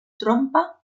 trompa